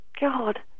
God